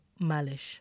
Malish